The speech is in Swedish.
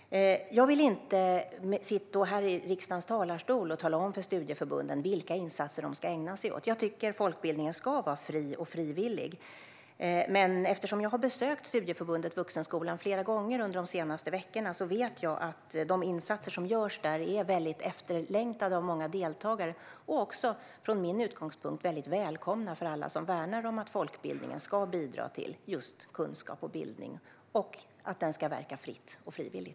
Jag vill inte stå här i riksdagens talarstol och tala om för studieförbunden vilka insatser de ska ägna sig åt. Jag tycker att folkbildningen ska vara fri och frivillig. Men eftersom jag har besökt Studieförbundet Vuxenskolan flera gånger under de senaste veckorna vet jag att de insatser som görs där är mycket efterlängtade av många deltagare, och också, från min utgångspunkt, väldigt välkomna för alla som värnar om att folkbildningen ska bidra till just kunskap och bildning och att den ska verka fritt och vara frivillig.